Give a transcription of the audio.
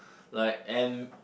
like and